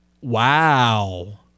Wow